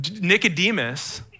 Nicodemus